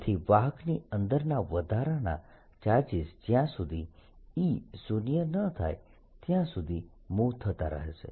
તેથી વાહકની અંદરના વધારાના ચાર્જીસ જ્યા સુધી E શૂન્ય ન થાય ત્યાં સુધી મૂવ થતા રહેશે